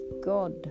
God